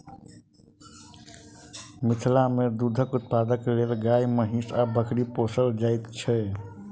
मिथिला मे दूधक उत्पादनक लेल गाय, महीँस आ बकरी पोसल जाइत छै